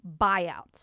buyouts